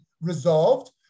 resolved